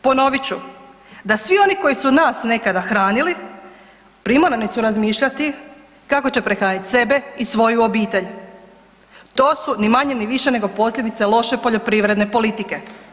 Ponovit ću, da svi oni koji su nas nekada hranili primorani su razmišljati kako će prehraniti sebe i svoju obitelj, to su ni manje ni više nego posljedica loše poljoprivredne politike.